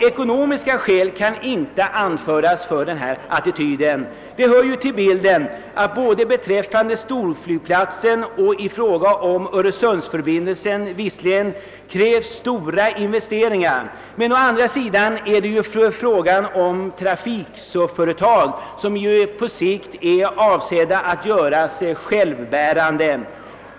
Ekonomiska skäl kan inte anföras för denna attityd. Det hör till bilden att det både beträffande storflygplatsen och öresundsförbindelsen visserligen krävs stora investeringar, men å andra sidan är det fråga om trafikföretag som på sikt är avsedda att göras självbärande.